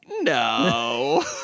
no